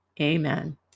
Amen